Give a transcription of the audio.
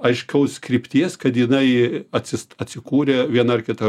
aiškaus krypties kad jinai atsist atsikūrė viena ar kita